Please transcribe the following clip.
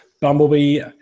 Bumblebee